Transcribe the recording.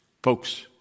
Folks